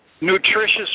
nutritious